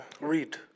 Read